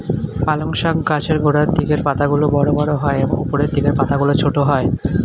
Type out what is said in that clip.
পালং শাক গাছের গোড়ার দিকের পাতাগুলো বড় বড় হয় এবং উপরের দিকের পাতাগুলো ছোট হয়